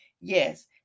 Yes